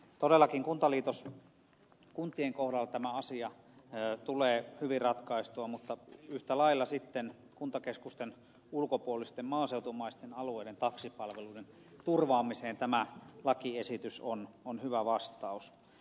todellakin kuntaliitoskuntien kohdalta tämä asia tulee hyvin ratkaistua mutta yhtä lailla sitten kuntakeskusten ulkopuolisten maaseutumaisten alueiden taksipalveluiden turvaamiseen tämä lakiesitys on hyvä vastaus